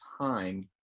time